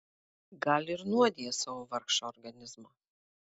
gal ir nuodija savo vargšą organizmą